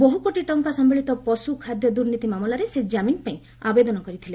ବହୁକୋଟି ଟଙ୍କା ସମ୍ଭଳିତ ପଶୁ ଖାଦ୍ୟ ଦୁର୍ନୀତି ମାମଲାରେ ସେ ଜାମିନ ପାଇଁ ଆବେଦନ କରିଥିଲେ